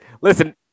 Listen